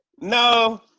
No